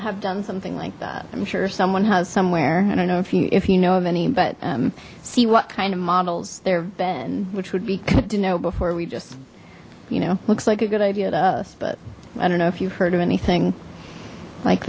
have done something like that i'm sure someone has somewhere i don't know if you if you know of any but um see what kind of models there been which would be good to know before we just you know looks like a good idea to us but i don't know if you've heard of anything like